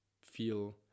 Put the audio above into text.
feel